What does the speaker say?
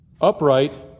upright